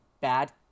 bad